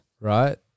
right